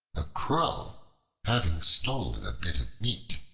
a crow having stolen a bit of meat,